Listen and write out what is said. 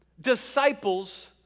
disciples